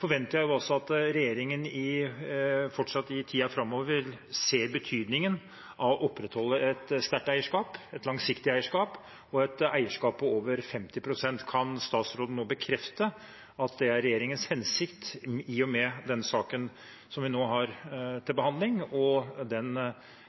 forventer jeg at regjeringen i tiden framover fortsatt ser betydningen av å opprettholde et sterkt eierskap, et langsiktig eierskap og et eierskap på over 50 pst. Kan statsråden nå bekrefte at det er regjeringens hensikt, i og med den saken som vi nå har til behandling, og den